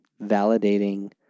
validating